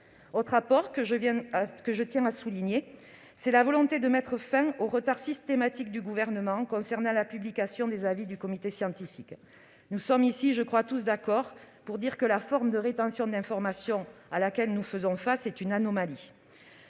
Autre apport que je tiens à souligner : la volonté de mettre fin aux retards systématiques du Gouvernement concernant la publication des avis du comité scientifique. Nous sommes ici, je crois, tous d'accord pour dire que la forme de rétention d'informations à laquelle nous faisons face est une anomalie.